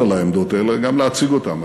על העמדות האלה אלא גם להציג אותן.